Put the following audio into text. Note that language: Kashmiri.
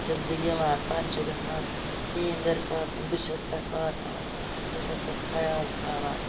پَتہٕ چھَس بہٕ یِوان پَتہٕ چھِ گَژھان میٲنۍ دٕرکاکٕنۍ بہٕ چھَس تَتھ واتان بہٕ چھَس تَتھ خَیال تھاوان